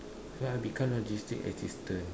so I become logistic assistant